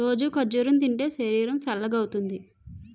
రోజూ ఖర్జూరం తింటే శరీరం సల్గవుతుంది